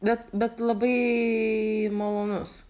bet bet labai malonus